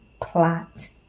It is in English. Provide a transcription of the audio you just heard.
plot